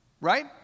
right